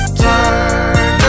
turn